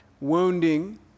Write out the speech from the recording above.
wounding